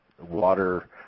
water